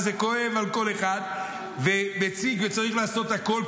שזה כואב על כל אחד ומציף וצריך לעשות הכול,